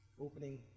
opening